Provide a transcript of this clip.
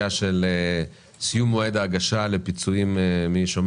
השיח הזה, שיוצר